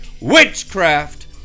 witchcraft